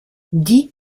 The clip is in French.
dix